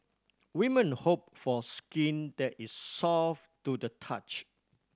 women hope for skin that is soft to the touch